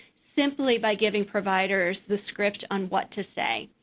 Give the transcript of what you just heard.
simply by giving providers the script on what to say.